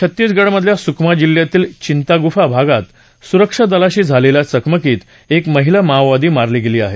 छत्तीसगडमधल्या सुकमा जिल्ह्यातील चिंतागुफा भागात सुरक्षा दलाशी झालेल्या चकमकीत एक महिला माओवादी मारली गेली आहे